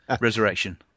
Resurrection